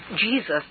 Jesus